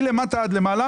מלמטה עד למעלה